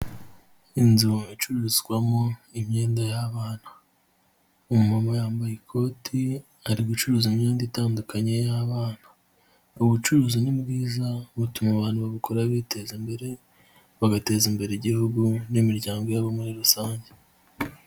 Inzu icuruzwamo imyenda y'abana, umumama yambaye ikoti ari gucuruza imyenda itandukanye y'abana, ubucuruzi ni bwiza butuma abantu babukora biteza imbere, bagateza imbere igihugu n'imiryango yabo muri rusange.